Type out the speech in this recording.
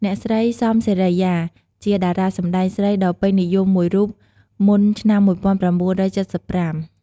អ្នកស្រី សំ សេរីយ៉ា ជាតារាសម្តែងស្រីដ៏ពេញនិយមមួយរូបមុនឆ្នាំ ១៩៧៥។